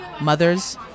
mothers